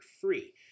free